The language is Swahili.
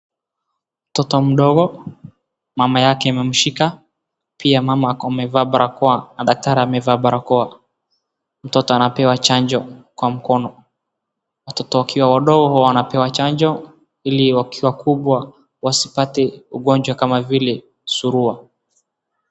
Mtoto mdogo, mama yake amemshika pia mama ako amevaa barakoa na daktari amevaa barakoa. Mtoto anapewa chanjo kwa mkono. Watoto wakiwa wadogo wanapewa chanjo ili wakiwa wakubwa wasipate ugonjwa kama vili surua.